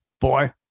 boy